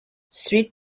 street